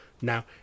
now